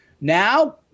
now